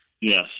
Yes